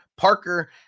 Parker